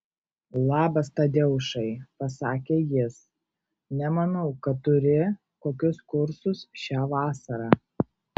labas tadeušai pasakė jis nemanau kad turi kokius kursus šią vasarą